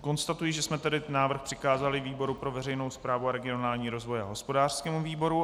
Konstatuji, že jsme návrh přikázali výboru pro veřejnou správu a regionální rozvoj a hospodářskému výboru.